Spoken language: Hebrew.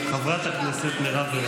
חברת הכנסת מירב בן